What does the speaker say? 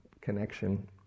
connection